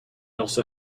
also